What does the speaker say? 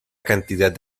cantidad